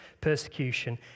persecution